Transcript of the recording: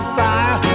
fire